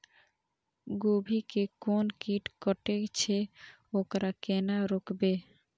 गोभी के कोन कीट कटे छे वकरा केना रोकबे?